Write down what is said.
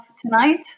tonight